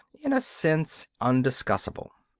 in a sense, undiscussable.